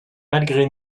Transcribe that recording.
malgré